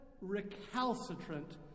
recalcitrant